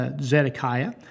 Zedekiah